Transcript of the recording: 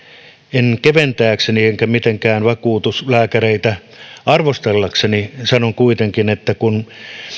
en keventääkseni enkä mitenkään vakuutuslääkäreitä arvostellakseni sanon kuitenkin että kun